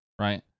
right